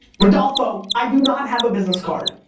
rodolfo i do not have a business card.